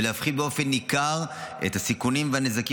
ולהפחית באופן ניכר את הסיכונים והנזקים